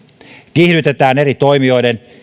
kiihdytetään eri toimijoiden